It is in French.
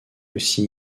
aussi